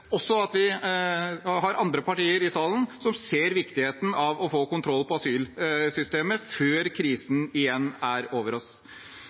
også vi har andre partier i salen som ser viktigheten av å få kontroll på asylsystemet før krisen igjen er over oss.